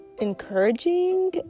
encouraging